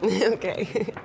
Okay